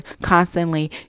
constantly